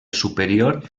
superior